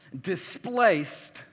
displaced